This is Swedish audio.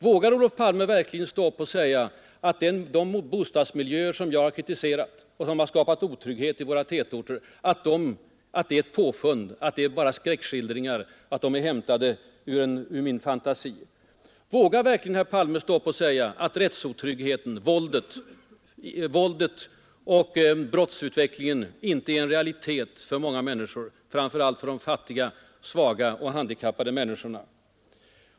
Vågar Olof Palme verkligen säga att de bostadsmiljöer som jag har kritiserat för att de skapar otrygghet i våra tätorter bara är påfund, skräckskildringar som är hämtade ur min fantasi? Vågar verkligen Olof Palme säga att rättsotryggheten, våldet och brottsutvecklingen inte är en realitet för många människor, framför allt för de fattiga, svaga och handikappade människorna?